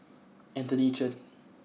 Anthony Chen